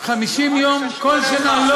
50 יום כל שנה.